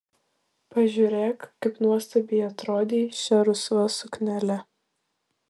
pažiūrėk kaip nuostabiai atrodei šia rusva suknele